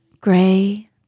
gray